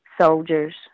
soldiers